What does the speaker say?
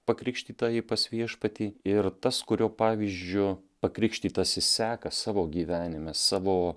pakrikštytąjį pas viešpatį ir tas kurio pavyzdžiu pakrikštytasis seka savo gyvenime savo